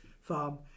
Farm